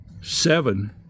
seven